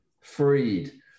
freed